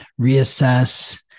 reassess